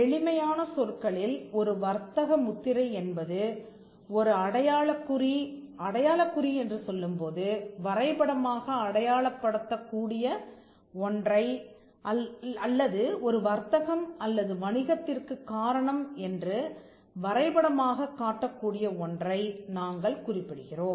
எளிமையான சொற்களில் ஒரு வர்த்தக முத்திரை என்பது ஒரு அடையாளக் குறி அடையாளக் குறி என்று சொல்லும்போது வரைபடமாக அடையாளப்படுத்த கூடிய ஒன்றை அல்லது ஒரு வர்த்தகம் அல்லது வணிகத்திற்குக் காரணம் என்று வரைபடமாகக் காட்டக்கூடிய ஒன்றை நாங்கள் குறிப்பிடுகிறோம்